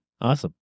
Awesome